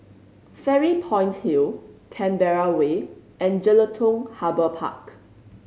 Fairy Point Hill Canberra Way and Jelutung Harbour Park